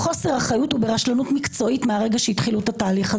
בעשורים האחרונים שנעוץ בעודף האקטיביזם של בית המשפט.